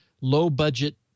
low-budget